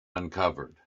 uncovered